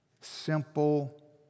simple